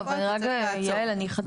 לא, אבל אני רק, יעל, אני אחדד.